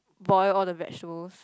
boil all the vegetables